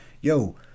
yo